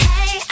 Hey